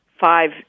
five